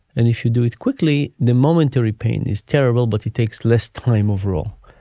and if you do it quickly, the momentary pain is terrible, but it takes less time overall.